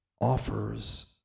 offers